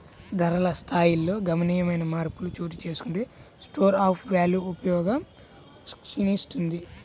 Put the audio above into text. ధరల స్థాయిల్లో గణనీయమైన మార్పులు చోటుచేసుకుంటే స్టోర్ ఆఫ్ వాల్వ్ ఉపయోగం క్షీణిస్తుంది